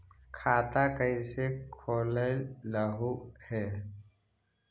खाता कैसे खोलैलहू हे?